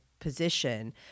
position